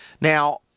Now